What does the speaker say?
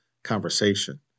Conversation